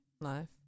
life